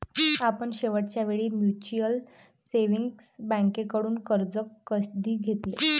आपण शेवटच्या वेळी म्युच्युअल सेव्हिंग्ज बँकेकडून कर्ज कधी घेतले?